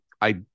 I-